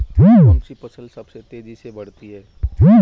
कौनसी फसल सबसे तेज़ी से बढ़ती है?